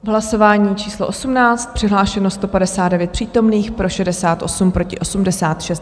V hlasování číslo 18 přihlášeno 159 přítomných, pro 68, proti 86.